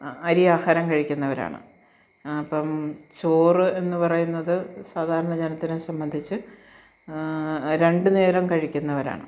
ആ അരി ആഹാരം കഴിക്കുന്നവരാണ് അപ്പം ചോറ് എന്നു പറയുന്നത് സാധാരണ ജനത്തിനെ സംബന്ധിച്ച് രണ്ടു നേരം കഴിക്കുന്നവരാണ്